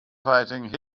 fighting